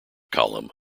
column